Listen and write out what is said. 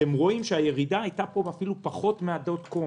אתם רואים שהירידה מהכחול לכתום הייתה נמוכה מה- Dot.com.